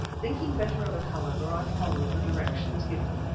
thinking better of it, however, i followed the directions given,